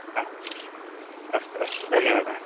हा अस्तु अस्तु धन्यवादः